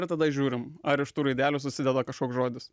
ir tada žiūrim ar iš tų raidelių susideda kažkoks žodis